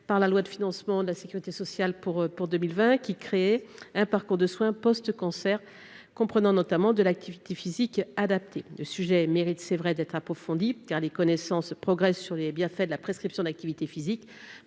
par la loi de financement de la Sécurité sociale pour pour 2020, qui créé un parcours de soins post-cancer comprenant notamment de l'activité physique adaptée de sujet mérite c'est vrai d'être approfondie car les connaissances progressent sur les bienfaits de la prescription d'activité physique,